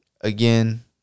again